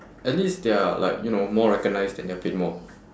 at least they're like you know more recognised then they're paid more